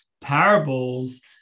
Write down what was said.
parables